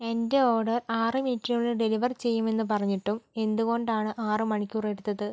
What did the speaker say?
എന്റെ ഓർഡർ ആറ് മിനിറ്റിനുള്ളിൽ ഡെലിവർ ചെയ്യുമെന്ന് പറഞ്ഞിട്ടും എന്തുകൊണ്ടാണ് ആറ് മണിക്കൂർ എടുത്തത്